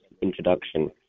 introduction